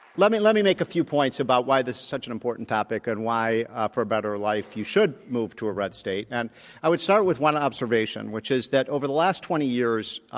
let me let me make a few points about why this is such an important topic and why ah for a better life you should move to a red state and i would start with one observation, which is that over the last twenty years